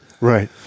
Right